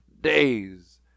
Days